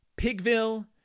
Pigville